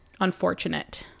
unfortunate